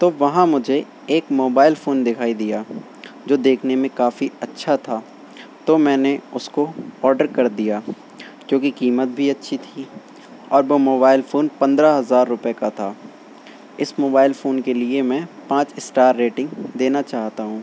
تو وہاں مجھے ایک موبائل فون دکھائی دیا جو دیکھنے میں کافی اچھا تھا تو میں نے اس کو آرڈر کر دیا کیونکہ قیمت بھی اچھی تھی اور وہ موبائل فون پندرہ ہزار روپیے کا تھا اس موبائل فون کے لیے میں پانچ اسٹار ریٹنگ دینا چاہتا ہوں